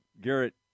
Garrett